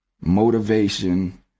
motivation